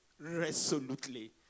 resolutely